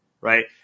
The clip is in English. right